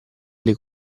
alle